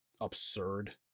absurd